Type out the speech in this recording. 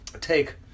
take